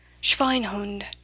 Schweinhund